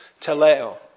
teleo